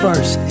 First